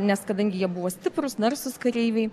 nes kadangi jie buvo stiprūs narsūs kareiviai